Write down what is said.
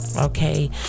okay